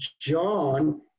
John